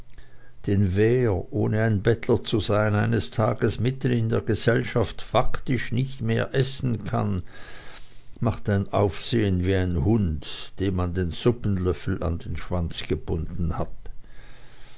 denn wer ohne ein bettler zu sein eines tages mitten in der gesellschaft faktisch nicht mehr essen kann macht ein aufsehen wie ein hund dem man den suppenlöffel an den schwanz gebunden hat